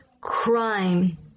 crime